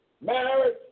marriage